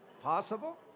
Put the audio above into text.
Possible